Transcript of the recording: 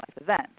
event